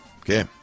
Okay